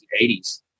1980s